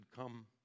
come